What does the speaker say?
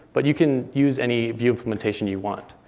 but you can use any view implementation you want.